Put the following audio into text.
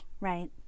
Right